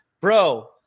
bro